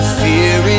fear